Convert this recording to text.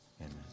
amen